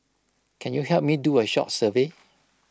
can you help me do A short survey